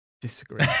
disagree